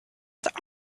that